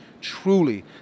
truly